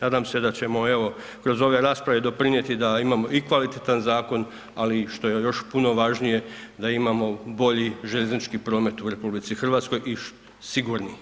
Nadam se da ćemo evo, kroz ove rasprave doprinijeti da imamo i kvalitetan zakon ali i što je još puno važnije, da imamo bolji željeznički promet u RH i sigurniji.